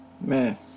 man